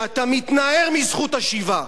שאתה מתנער מזכות השיבה,